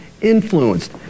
influenced